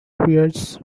vitreous